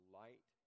light